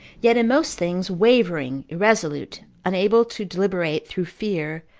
yet in most things wavering, irresolute, unable to deliberate, through fear,